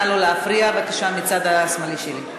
נא לא להפריע מהצד השמאלי שלי.